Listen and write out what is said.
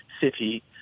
city